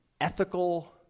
ethical